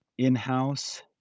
in-house